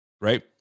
right